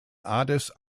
addis